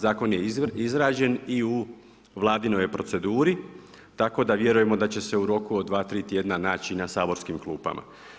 Zakon je izgrađen i u vladinoj je proceduri, tako da vjerujemo da će se u roku od dva, tri tjedna naći na saborskim klupama.